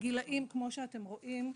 הגילאים כמו שאתם רואים,